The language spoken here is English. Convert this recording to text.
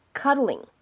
cuddling